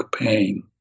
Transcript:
pain